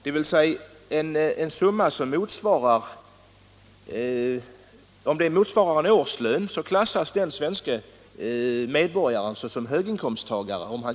En svensk medborgare, som på ett år tjänar lika mycket pengar som denne artist har chansen att göra på en timme, klassas som höginkomsttagare.